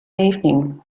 evening